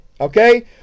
Okay